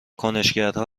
کنشگرها